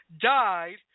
died